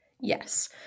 Yes